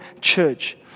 church